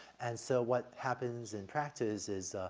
and so what happens in practice is, ah,